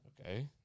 Okay